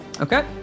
Okay